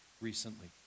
recently